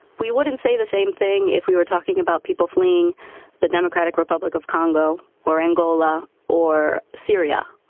we wouldn't say the same thing if we were talking about people fleeing the democratic republic of congo or angola or syria.